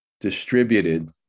distributed